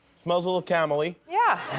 smells a little camely. yeah.